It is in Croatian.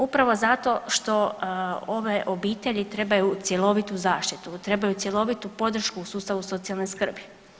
Upravo zato što ove obitelji trebaju cjelovitu zaštitu, trebaju cjelovitu podršku u sustavu socijalne skrbi.